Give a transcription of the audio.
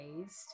raised